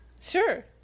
Sure